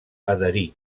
adherir